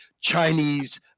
chinese